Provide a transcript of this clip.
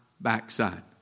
backside